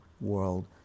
world